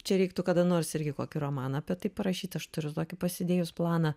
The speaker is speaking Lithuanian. čia reiktų kada nors irgi kokį romaną apie tai parašyt aš turiu tokį pasidėjus planą